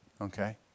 Okay